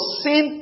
sin